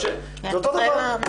זה אותו דבר,